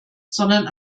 sondern